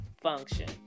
function